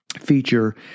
feature